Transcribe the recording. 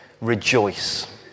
rejoice